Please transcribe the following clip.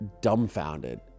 dumbfounded